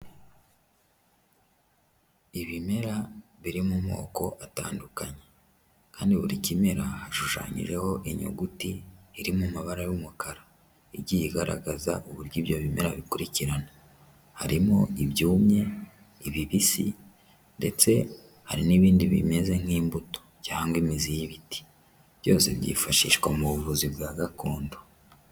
Ibimera biri mu moko atandukanye kandi buri kimera hashushanyijeho inyuguti iri mu mabara y'umukara igiye igaragaza uburyo ibyo bimera bikurikirana, harimo ibyumye, ibibisi ndetse hari n'ibindi bimeze nk'imbuto cyangwa imizi y'ibiti, byose byifashishwa mu buvuzi bwa gakondo.